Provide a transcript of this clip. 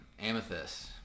Amethyst